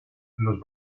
los